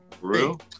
real